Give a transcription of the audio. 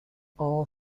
all